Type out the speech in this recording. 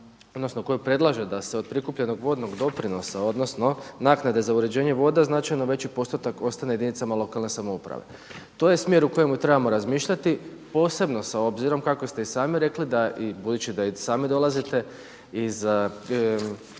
odnosno koji predlaže da se od prikupljenog vodnog doprinosa odnosno naknade za uređenje voda značajno veći postotak ostane jedinicama lokalne samouprave. To je smjer u kojem trebamo razmišljati, posebno sa obzirom kako ste i sami rekli da i budući da i sami dolazite iz